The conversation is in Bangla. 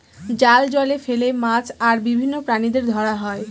জাল জলে ফেলে মাছ আর বিভিন্ন প্রাণীদের ধরা হয়